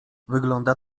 wygląda